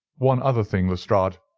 one other thing, lestrade,